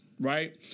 Right